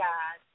God